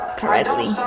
correctly